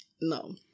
No